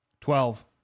Twelve